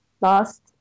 last